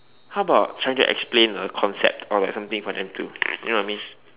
how about trying explain a concept or like something for them to you know what I mean